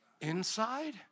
inside